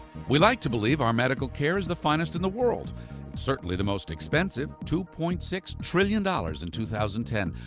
we like to believe our medical care is the finest in the world certainly the most expensive, two-point-six trillion dollars in two thousand and ten.